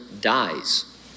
dies